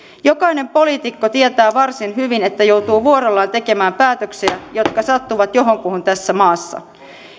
jokainen poliitikko tietää varsin hyvin että joutuu vuorollaan tekemään päätöksiä jotka sattuvat johonkuhun tässä maassa